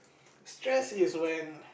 stress is when